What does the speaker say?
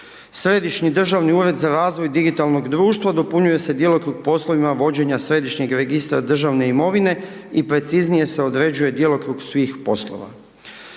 Središnji državni ured za razvoj digitalnog društva, dopunjuje se djelokrug poslovima vođenja središnjeg registra državne imovine i preciznije se određuje djelokrug svih poslova.